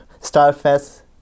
Starfest